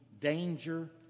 danger